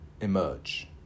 emerge